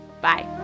bye